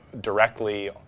directly